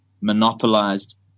monopolized